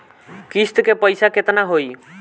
किस्त के पईसा केतना होई?